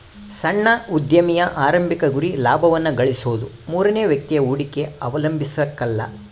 ಸಣ್ಣ ಉದ್ಯಮಿಯ ಆರಂಭಿಕ ಗುರಿ ಲಾಭವನ್ನ ಗಳಿಸೋದು ಮೂರನೇ ವ್ಯಕ್ತಿಯ ಹೂಡಿಕೆ ಅವಲಂಬಿಸಕಲ್ಲ